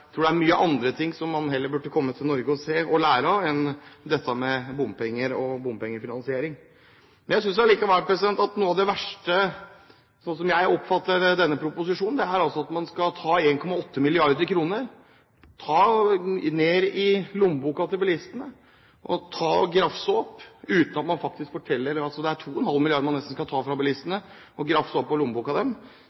er mange andre ting som man heller burde komme til Norge og se og lære av, enn dette med bompenger og bompengefinansiering. Jeg synes likevel at noe av det verste, sånn som jeg oppfatter denne proposisjonen, er at man skal ta 1,8 mrd. kr ut av lommeboken til bilistene – grafse dem opp av lommeboken. Det er altså nesten 2,5 mrd. kr man skal ta fra